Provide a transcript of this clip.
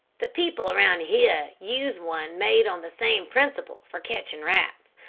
the people around here use one made on the same principle for catching rats.